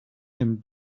him